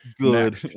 Good